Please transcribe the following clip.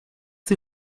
sie